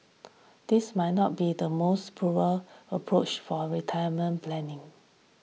this might not be the most prudent approach for retirement planning